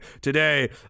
Today